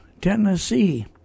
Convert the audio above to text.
Tennessee